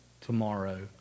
tomorrow